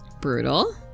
Brutal